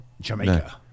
Jamaica